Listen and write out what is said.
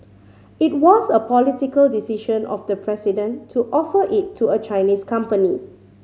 it was a political decision of the president to offer it to a Chinese company